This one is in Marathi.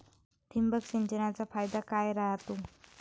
ठिबक सिंचनचा फायदा काय राह्यतो?